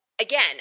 again